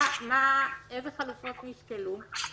אילו חלופות נשקלו?